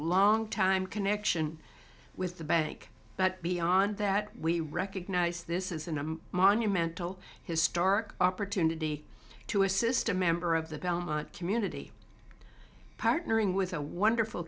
longtime connection with the bank but beyond that we recognize this is a monumental historic opportunity to assist a member of the belmont community partnering with a wonderful